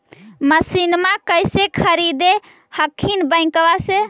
मसिनमा कैसे खरीदे हखिन बैंकबा से?